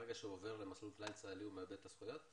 ברגע שהוא עובר למסלול כלל צה"לי הוא מאבד את הזכויות?